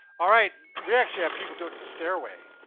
all right, we actually have people do it in the stairway.